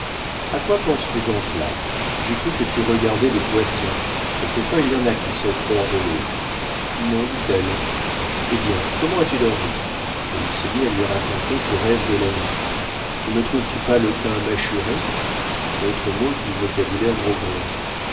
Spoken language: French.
à quoi penses-tu donc là j'ai cru que tu regardais des poissons quelquefois il y en a qui sautent hors de l'eau non dit-elle eh bien comment as-tu dormi et il se mit à lui raconter ses rêves de la nuit ne me trouves-tu pas le teint mâchuré